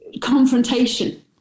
confrontation